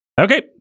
okay